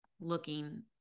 looking